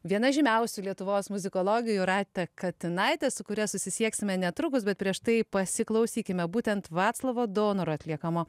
viena žymiausių lietuvos muzikologiu jūrate katinaite su kuria susisieksime netrukus bet prieš tai pasiklausykime būtent vaclovo daunoro atliekamo